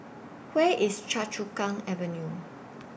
Where IS Choa Chu Kang Avenue